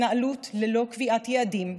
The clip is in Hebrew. התנהלות ללא קביעת יעדים,